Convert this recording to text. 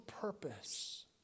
purpose